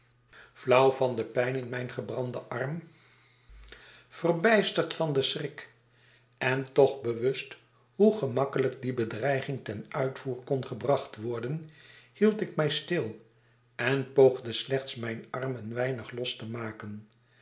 flauw van de pijn in mijn gebranden arm van den schrik en toch bewust hoe gemakkelijk die bedreiging ten uitvoer kon gebracht worden hield ik mij stil en poogde slechts mijn arm een weinig los te maken